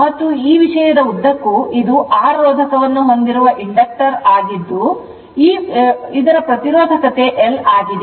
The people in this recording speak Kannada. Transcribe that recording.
ಮತ್ತು ಈ ವಿಷಯದ ಉದ್ದಕ್ಕೂ ಇದು r ರೋಧಕವನ್ನು ಹೊಂದಿರುವ inductor ಆಗಿದ್ದು ಅದರ ಪ್ರತಿರೋಧಕತೆ L ಆಗಿದೆ